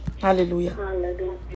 hallelujah